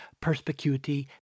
perspicuity